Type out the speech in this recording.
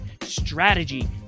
Strategy